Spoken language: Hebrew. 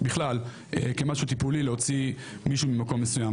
בכלל כמשהו טיפולי להוציא מישהו ממקום מסוים.